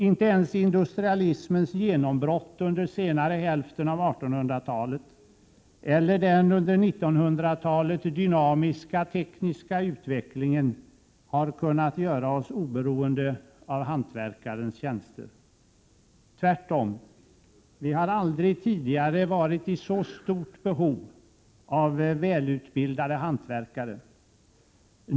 Inte ens industrialismens genombrott under senare hälften av 1800-talet eller den under 1900-talet dynamiska, tekniska utvecklingen har kunnat göra oss oberoende av hantverkarens tjänster. Tvärtom, vi har aldrig tidigare varit i så stort behov av välutbildade hantverkare.